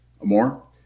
More